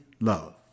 love